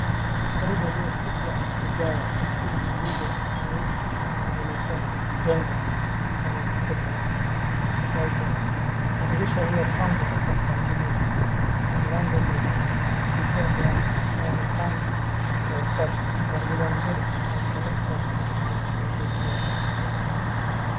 Korido iliyopigwa vigae ina mguzo nyeusi na inaelekea kwenye jengo lenye ukuta nyeupe. Madirisha yaliyopangwa kwa mpangilio na mlango mwekundu ikitoa mwonekano wa usafi, mpangilio mzuri na usanifu wa kuvutia.